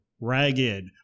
ragged